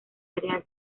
área